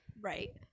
right